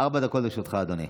ארבע דקות לרשותך, אדוני.